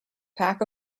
pack